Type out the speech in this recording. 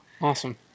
awesome